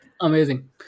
Amazing